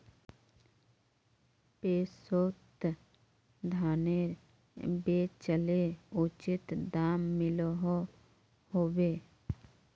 पैक्सोत धानेर बेचले उचित दाम मिलोहो होबे?